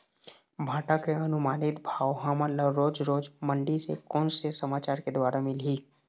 भांटा के अनुमानित भाव हमन ला रोज रोज मंडी से कोन से समाचार के द्वारा मिलही?